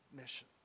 mission